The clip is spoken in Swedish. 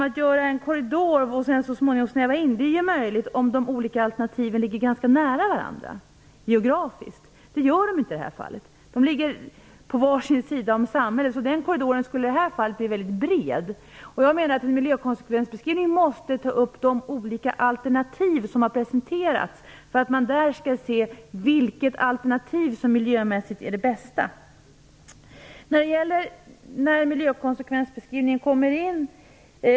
Att göra en korridor och sedan så småningom snäva in är ju möjligt om de olika alternativen geografiskt ligger ganska nära varandra. Det gör de inte i det här fallet. De ligger på var sin sida om samhället, så korridoren skulle i det här fallet bli väldigt bred. En miljökonsekvensbeskrivning måste ta upp de olika alternativ som har presenterats för att man skall kunna se vilket alternativ som är det miljömässigt bästa.